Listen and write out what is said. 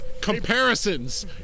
comparisons